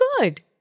good